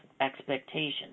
expectations